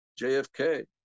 JFK